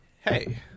hey